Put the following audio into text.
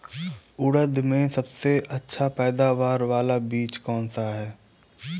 उड़द में सबसे अच्छा पैदावार वाला बीज कौन सा है?